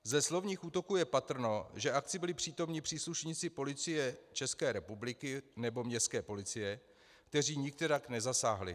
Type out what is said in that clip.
Ze slovních útoků je patrno, že akci byli přítomni příslušníci Policie České republiky nebo městské policie, kteří nikterak nezasáhli.